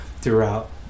throughout